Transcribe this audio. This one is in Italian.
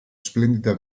splendida